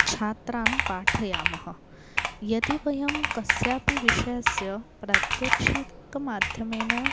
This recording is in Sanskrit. छात्रान् पाठयामः यदि वयं कस्यापि विषयस्य प्रत्यक्षकमाध्यमेन